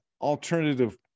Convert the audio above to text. alternative